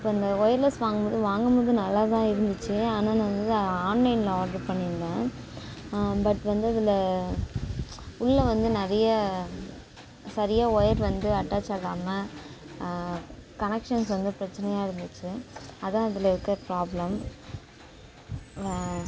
இப்போ அந்த ஒயர்லெஸ் வாங்கும்போது வாங்கும்போது நல்லாதான் இருந்துச்சு ஆனால் நான் வந்து அதை ஆன்லைனில் ஆர்டரு பண்ணியிருந்தேன் பட் வந்து அதில் உள்ளே வந்து நிறைய சரியாக ஒயர் வந்து அட்டாச் ஆகாம கனக்ஷன்ஸ் வந்து பிரச்சனையாக இருந்துச்சு அதான் இதில் இருக்கிற ப்ராப்ளம்